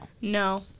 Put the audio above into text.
no